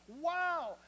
Wow